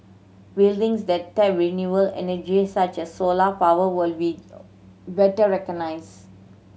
buildings that tap renewable energy such as solar power will be better recognised